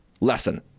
lesson